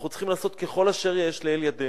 אנחנו צריכים לעשות כל אשר יש לאל ידנו.